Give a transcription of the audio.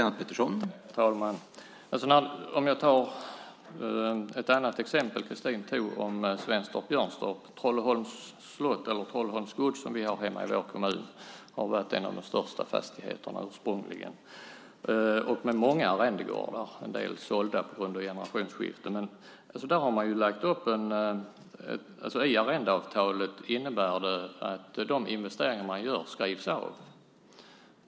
Herr talman! Christine tog upp exemplen Svenstorp och Björnstorp. Jag kan ta ett annat exempel. Trolleholms gods i min hemkommun var ursprungligen en av de största fastigheterna med många arrendegårdar, och en del har sålts på grund av generationsskiften. Men där har man i arrendeavtalet lagt in att de investeringar som görs skrivs av.